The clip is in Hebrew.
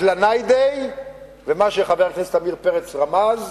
הדלא-ניידי ומה שחבר הכנסת עמיר פרץ רמז,